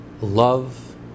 love